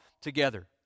together